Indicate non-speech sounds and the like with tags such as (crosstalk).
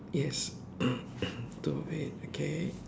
yes (coughs) okay